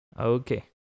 Okay